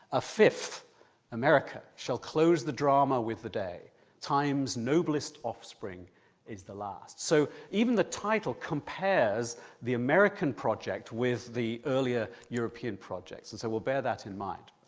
a fifth america shall close the drama with the day time's noblest offspring is the last. so, even the title compares the american project with the earlier european projects, and so we'll bear that in mind.